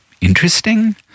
interesting